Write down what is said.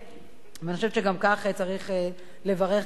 אני חושבת שגם כאן צריך לברך גם על זה.